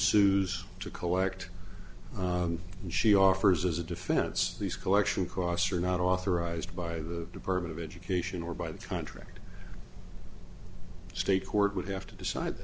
sues to collect and she offers as a defense these collection costs are not authorized by the department of education or by the contract state court would have to decide